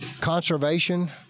conservation